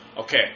Okay